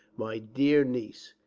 my dear niece,